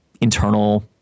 internal